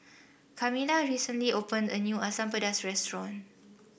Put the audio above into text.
Kamilah recently opened a new Asam Pedas restaurant